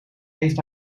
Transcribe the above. heeft